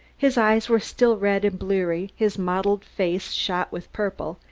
his eyes were still red and bleary, his motley face shot with purple,